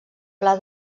pla